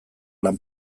lan